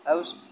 ଆଉ